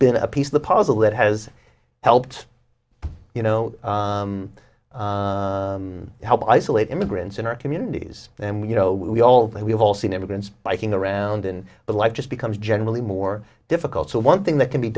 been a piece of the puzzle that has helped you know help isolate immigrants in our communities and you know we all that we have all seen immigrants biking around and the like just becomes generally more difficult so one thing that can be